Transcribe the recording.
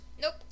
Nope